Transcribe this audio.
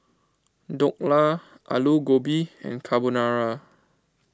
Dhokla Alu Gobi and Carbonara